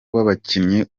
w’abakinnyi